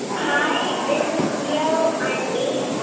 hi. this is cleo. i'm eight,